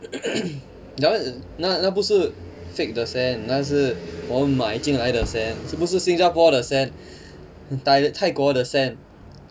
that one is 那那不是 fake 的 sand 那是我们买进来的 sand 这不是新加坡的 sand thailand 泰国的 sand